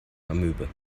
amöbe